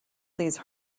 these